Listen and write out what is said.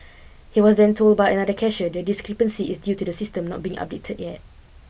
he was then told by another cashier the discrepancy is due to the system not being updated yet